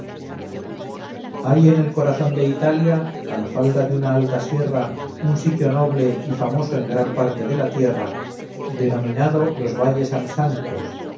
hay en el corazón de italia a la falda de una alta sierra un sitio noble y famoso en gran parte de la tierra denominando los valles amsanctos